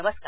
नमस्कार